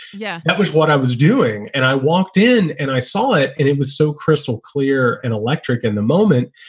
yeah, that was what i was doing. and i walked in and i saw it and it was so crystal clear and electric in the moment.